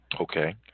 Okay